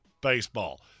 baseball